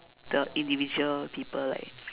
the individual people like